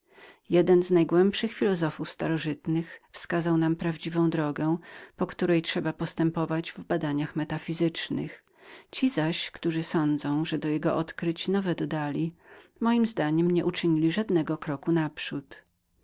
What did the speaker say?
jeden z najgłębszych filozofów starożytnych wskazał nam prawdziwą drogę po której trzeba postępować w badaniach metafizycznych ci zaś którzy sądzą że do jego odkryć nowe dodali według mego zdania nie uczynili żadnego kroku naprzód